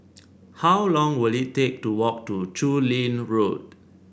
how long will it take to walk to Chu Lin Road